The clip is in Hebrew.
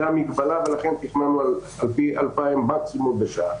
זאת המגבלה ולכן תכננו על פי מקסימום 2,000 בדיקות בשעה.